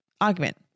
argument